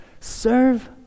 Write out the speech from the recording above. Serve